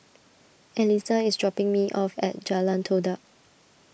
Elizah is dropping me off at Jalan Todak